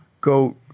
go